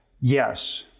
yes